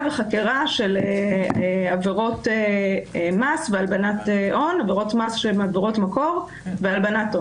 וחקירה של עבירות מס שהן עבירות מקור והלבנת הון.